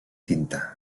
tinta